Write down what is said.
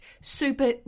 super